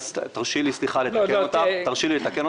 תרשי לי, סליחה, לתקן אותך.